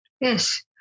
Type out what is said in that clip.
Yes